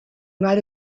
might